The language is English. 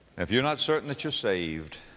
if you're not certain that you're saved,